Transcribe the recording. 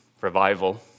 revival